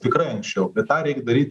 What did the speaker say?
tikrai anksčiau bet tą reik daryt